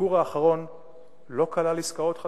הביקור האחרון לא כלל עסקאות חדשות,